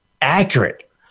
accurate